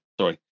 sorry